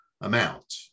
amount